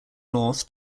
north